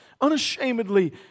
Unashamedly